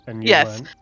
yes